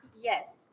Yes